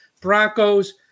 Broncos